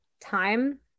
time